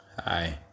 Hi